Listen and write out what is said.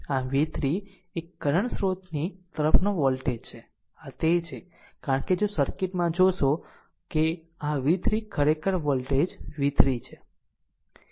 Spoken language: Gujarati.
આમ v3 એ કરંટ સ્રોતની તરફનો વોલ્ટેજ છે આ તે છે કારણ કે જો સર્કિટમાં જોશો કે આ v3 ખરેખર આ વોલ્ટેજ v3 છે